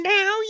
Now